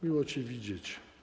Miło cię widzieć.